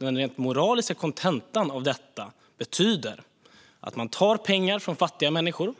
Den moraliska kontentan betyder att man tar pengar från fattiga människor